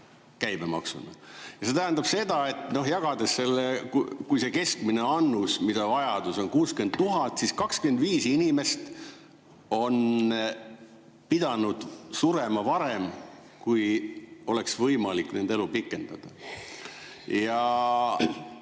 käibemaksuna. See tähendab seda, et jagades selle, kui see keskmine annus, mille vajadus on 60 000, siis 25 inimest on pidanud surema varem, kuigi oleks võimalik nende elu pikendada. Ja